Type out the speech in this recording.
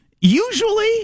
Usually